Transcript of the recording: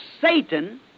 Satan